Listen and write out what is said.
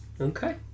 Okay